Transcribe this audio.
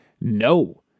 No